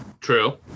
True